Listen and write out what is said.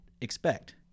expect